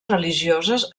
religioses